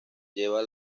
lleva